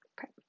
Okay